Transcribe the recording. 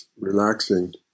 relaxing